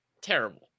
Terrible